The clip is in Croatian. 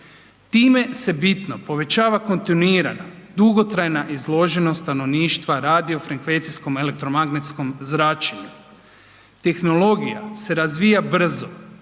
Time se bitno povećava kontinuirana dugotrajna izloženost stanovništva radio frekvencijskom elektromagnetskom zračenju. Tehnologija se razvija brzo,